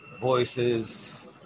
voices